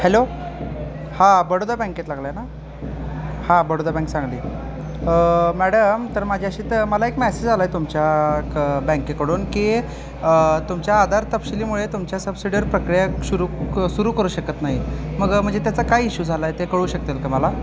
hello हां बडोदा बँकेत लागला आहे ना हां बडोदा बँक सांगली मॅडम तर माझ्या अशी तर मला एक मॅसेज आला आहे तुमच्या क बँकेकडून की तुमच्या आधार तपशीलीमुळे तुमच्या सबसिडीवर प्रक्रिया शुरू सुरू करू शकत नाही मग म्हणजे त्याचा काय इश्यू झाला आहे ते कळू शकतील का मला